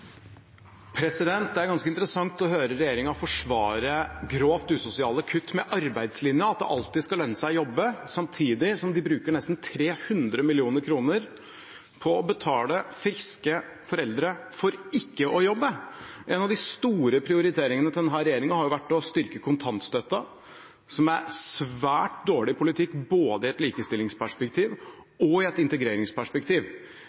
ganske interessant å høre regjeringen forsvare grovt usosiale kutt med arbeidslinja, at det alltid skal lønne seg å jobbe, samtidig som de bruker nesten 300 mill. kr på å betale friske foreldre for ikke å jobbe. En av de store prioriteringene til denne regjeringen har jo vært å styrke kontantstøtta, som er svært dårlig politikk både i et